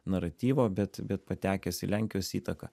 naratyvo bet bet patekęs į lenkijos įtaką